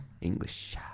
English